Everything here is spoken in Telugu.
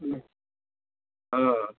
ఆ